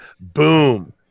boom